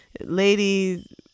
ladies